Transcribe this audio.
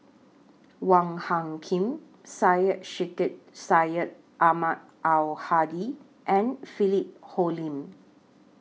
Wong Hung Khim Syed Sheikh Syed Ahmad Al Hadi and Philip Hoalim